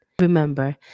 remember